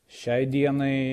šiai dienai